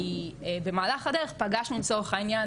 כי במהלך הדרך פגשנו לצורך העניין